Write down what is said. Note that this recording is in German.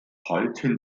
halten